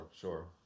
sure